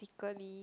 girly